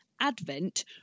Advent